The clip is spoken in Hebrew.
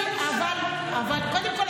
קודם כול,